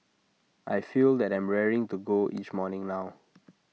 I feel that I'm raring to go each morning now